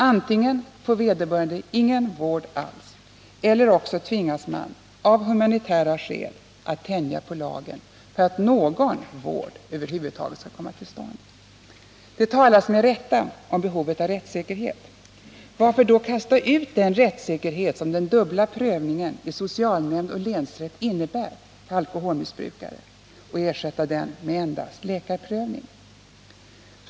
Antingen får vederbörande ingen vård alls eller också tvingas man av humanitära skäl att tänja på lagen för att någon vård över huvud taget skall komma till stånd. Det talas med rätta om behovet av rättssäkerhet. Varför då kasta ut den rättssäkerhet som den dubbla prövningen i socialnämnd och länsrätt innebär för alkoholmissbrukare och ersätta den med endast läkarprövning?